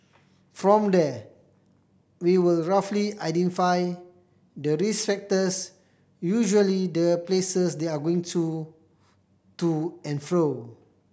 from there we will roughly identify the risk factors usually the places they're going to to and fro